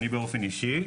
אני באופן אישי,